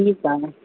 ठीकु आहे